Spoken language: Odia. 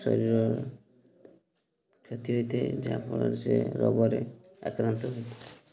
ଶରୀରରେ କ୍ଷତି ହୋଇଥାଏ ଯାହାଫଳରେ ସେ ରୋଗରେ ଆକ୍ରାନ୍ତ ହୋଇଥାଏ